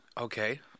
Okay